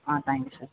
ah thank you sir